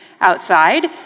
outside